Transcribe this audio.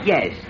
Yes